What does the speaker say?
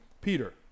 Peter